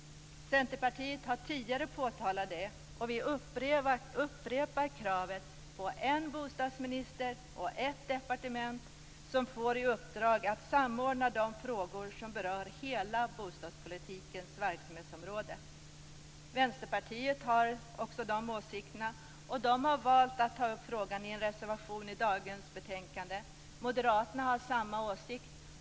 Centerpartiet har tidigare påtalat detta, och vi upprepar kravet på en bostadsminister och ett departement som får i uppdrag att samordna de frågor som berör hela bostadspolitikens verksamhetsområde. Vänsterpartiet har också dessa åsikter och har valt att ta upp frågan i en reservation till dagens betänkande. Moderaterna har samma åsikt.